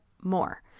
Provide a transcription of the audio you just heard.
more